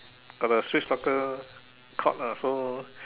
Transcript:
got street soccer court ah so